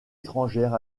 étrangère